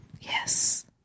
Yes